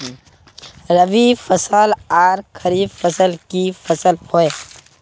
रवि फसल आर खरीफ फसल की फसल होय?